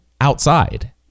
outside